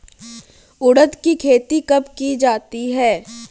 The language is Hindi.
उड़द की खेती कब की जाती है?